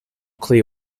clear